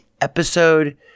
episode